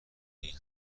این